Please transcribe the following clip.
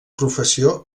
professió